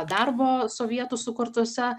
darbo sovietų sukurtose